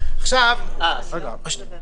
זה בסדר.